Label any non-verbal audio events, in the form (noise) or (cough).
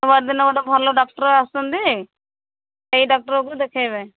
(unintelligible) ଦିନ ଗୋଟେ ଭଲ ଡକ୍ଟର୍ ଆସୁଛନ୍ତି ସେଇ ଡକ୍ଟର୍କୁ ଦେଖେଇବେ